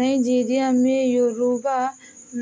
Nigeria में Yoruba